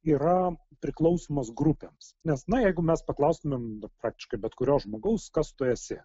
yra priklausymas grupėms nes na jeigu mes paklaustumėm praktiškai bet kurio žmogaus kas tu esi